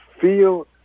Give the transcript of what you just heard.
feel